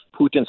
Putin's